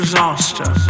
Disaster